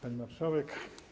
Pani Marszałek!